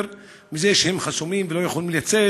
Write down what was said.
מכיוון שהם חסומים ולא יכולים לצאת.